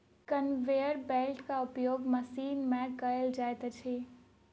conveyor बेल्टक उपयोग machine मे कयल जाइत अछि